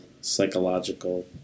psychological